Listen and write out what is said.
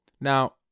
Now